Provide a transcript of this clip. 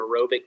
aerobic